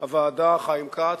הוועדה חיים כץ,